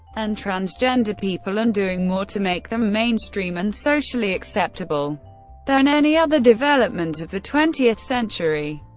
and transgender people and doing more to make them mainstream and socially acceptable than any other development of the twentieth century.